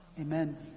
Amen